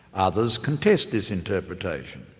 others contest this interpretation.